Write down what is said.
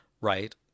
Right